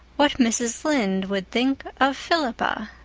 what mrs. lynde would think of philippa.